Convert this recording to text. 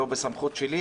זה לא בסמכות שלי,